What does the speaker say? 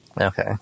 Okay